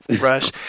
rush